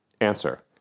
Answer